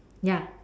ya